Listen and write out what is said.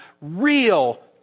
real